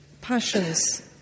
passions